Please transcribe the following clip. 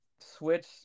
switch